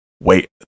Wait